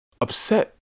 upset